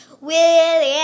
Willie